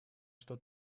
что